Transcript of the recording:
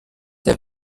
der